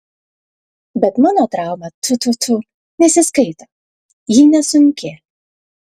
bet mano trauma tfu tfu tfu nesiskaito ji nesunki